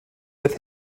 with